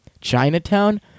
Chinatown